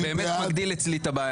מי נגד?